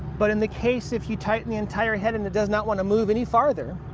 but in the case if you tighten the entire head and it does not want to move any farther,